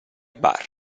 bar